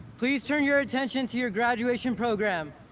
please turn your attention to your graduation program,